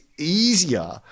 easier